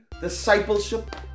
discipleship